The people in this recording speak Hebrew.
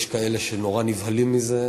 יש כאלה שנורא נבהלים מזה.